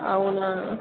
అవునా